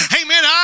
amen